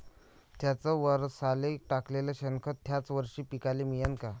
थ्याच वरसाले टाकलेलं शेनखत थ्याच वरशी पिकाले मिळन का?